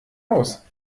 aus